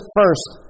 first